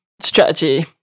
strategy